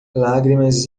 lágrimas